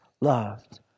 loved